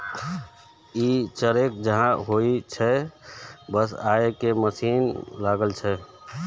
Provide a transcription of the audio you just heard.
ई चरखे जकां होइ छै, बस अय मे मशीन लागल रहै छै